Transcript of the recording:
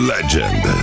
Legend